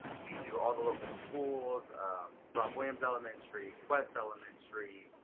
we do all the local schools ralph williams elementary, quest elementary,